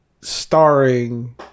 starring